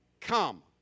come